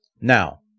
Now